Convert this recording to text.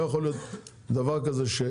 לא יכול להיות אנחנו לא מתייחסים לכמות